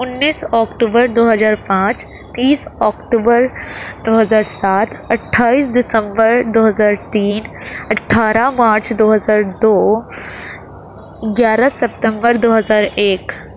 انیس اکٹوبر دو ہزار پانچ تیس اکٹوبر دو ہزار سات اٹھائیس دسمبر دو ہزار تین اٹھارہ مارچ دو ہزار دو گیارہ سپتمبر دو ہزار ایک